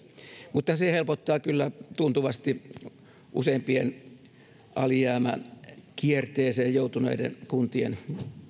mutta se helpottaa kyllä tuntuvasti useimpien alijäämäkierteeseen joutuneiden kuntien